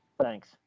Thanks